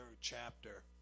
chapter